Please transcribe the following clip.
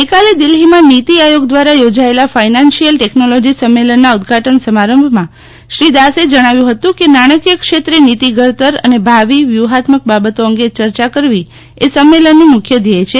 ગઈકાલે દિલ્હીમાં નીતિ આયોગ દ્વારા યોજાયેલા ફાઈન્સાસિયલ ટેકનોલોજી સંમેલનના ઉદઘાટન સમારંભમાં શ્રી દાસ એ જણાવ્યું હતું કે તુવા નાણાંકીય ક્ષેત્રે નીતિ ઘડતરીઅને ભાવિ વ્યૂહાત્મક બાબતો અંગે ચર્ચા કરવી એ સંમેલનનું મુખ્ય ધ્યેય છે